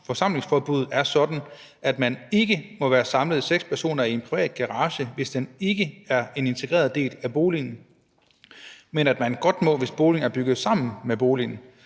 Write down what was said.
forsamlingsforbuddet er sådan, at man ikke må være samlet seks personer i en privat garage, hvis den ikke er en integreret del af boligen, men man godt må, hvis garagen er bygget sammen med boligen,